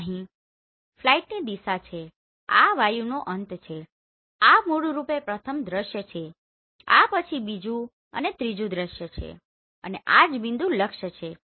તો અહીં આ ફ્લાઇટની દિશા છે આ વયુંનો અંત છે આ મૂળરૂપે પ્રથમ દૃશ્ય છેઆ પછી બીજું અને ત્રીજો દૃશ્ય છે અને આ જ બિંદુ લક્ષ્ય છે